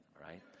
right